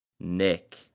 Nick